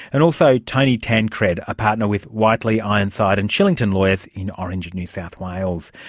and also toby tancred, a partner with whiteley ironside and shillington lawyers in orange, new south wales.